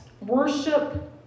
Worship